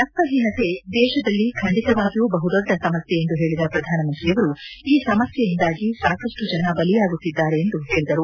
ರಕ್ತಹೀನತೆ ದೇಶದಲ್ಲಿ ಖಂಡಿತವಾಗಿಯೂ ಬಹುದೊಡ್ಡ ಸಮಸ್ಕೆ ಎಂದು ಹೇಳಿದ ಪ್ರಧಾನಮಂತ್ರಿಯವರು ಈ ಸಮಸ್ಕೆಯಿಂದಾಗಿ ಸಾಕಷ್ಟು ಜನ ಬಲಿಯಾಗುತ್ತಿದ್ದಾರೆ ಎಂದು ಹೇಳಿದರು